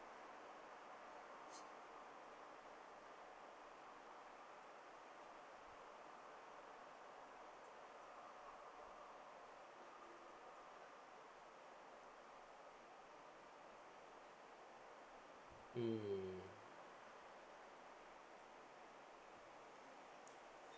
mm